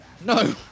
No